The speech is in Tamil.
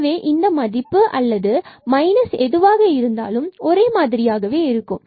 எனவே இந்த மதிப்பு அல்லது மைனஸ் எதுவாக இருந்தாலும் ஒரே மாதிரியாக இருக்கும்